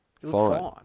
fine